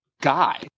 guy